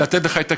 לתת לך את הכלים,